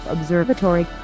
Observatory